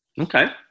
okay